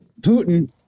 Putin